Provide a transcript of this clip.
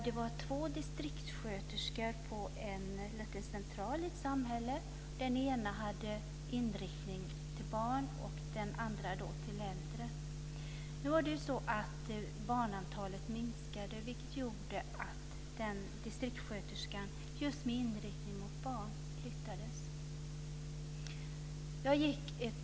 Det fanns två distriktssköterskor på en liten central i ett samhälle. Den ena var inriktad på barn och den andra på äldre. Barnantalet minskade, vilket gjorde att distriktssköterskan med inriktning mot barn flyttades.